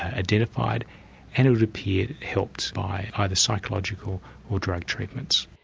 identified and, it would appear, helped by either psychological or drug treatments.